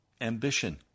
ambition